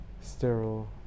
sterile